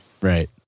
Right